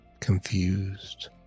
Confused